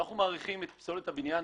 אנחנו מעריכים את פסולת הבניין,